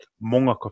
Monga